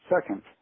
second